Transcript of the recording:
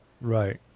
right